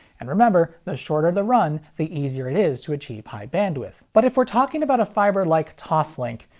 and remember, the shorter the run, the easier it is to achieve high bandwidth. but if we're talking about a fiber like toslink,